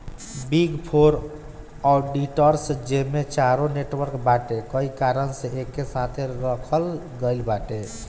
big four auditors जेमे चारो network बाटे कई कारण से एके साथे रखल गईल बाटे